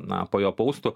na po jo poustu